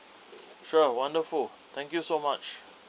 sure wonderful thank you so much